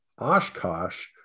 Oshkosh